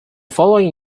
following